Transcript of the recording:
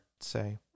say